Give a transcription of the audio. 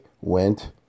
went